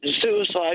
Suicide